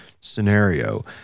scenario